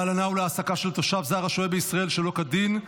להלנה ולהעסקה של תושב זר השוהה בישראל שלא כדין,